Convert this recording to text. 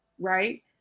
right